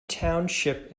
township